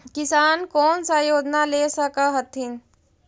किसान कोन सा योजना ले स कथीन?